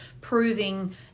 proving